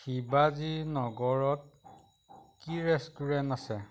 শিৱাজী নগৰত কি ৰেষ্টুৰেণ্ট আছে